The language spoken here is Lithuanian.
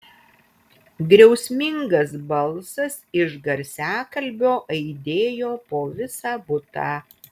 griausmingas balsas iš garsiakalbio aidėjo po visą butą